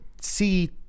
See